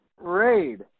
raid